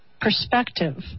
perspective